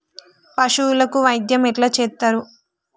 పశువులకు వైద్యం ఎట్లా చేత్తరు?